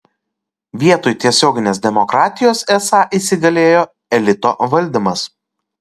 vietoj tiesioginės demokratijos esą įsigalėjo elito valdymas